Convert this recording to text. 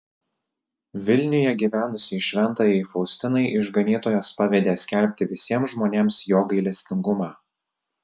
vilniuje gyvenusiai šventajai faustinai išganytojas pavedė skelbti visiems žmonėms jo gailestingumą